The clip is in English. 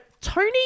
Tony